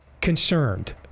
concerned